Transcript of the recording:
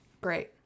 Great